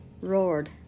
roared